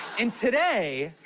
and today,